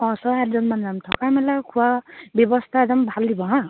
অঁ ছয় সাতজনমান যাম থকা মেলা খোৱা ব্যৱস্থা একদম ভাল দিব হাঁ